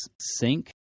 sync